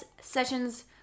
sessions